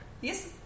yes